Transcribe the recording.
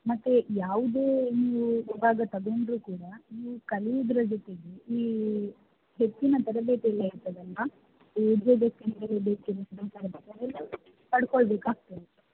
ಮತ್ತೆ ಯಾವುದೇ ನೀವು ವಿಭಾಗ ತಗೊಂಡ್ರೂ ಕೂಡ ನೀವು ಕಲಿಯೋದರ ಜೊತೆಗೆ ಈ ಹೆಚ್ಚಿನ ತರಬೇತಿ ಎಲ್ಲ ಇರ್ತದಲ್ವ ಪಡ್ಕೊಳ್ಬೇಕಾಗ್ತದೆ